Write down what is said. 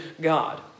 God